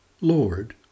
Lord